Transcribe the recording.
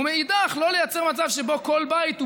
ומאידך גיסא לא לייצר מצב שבו כל בית הוא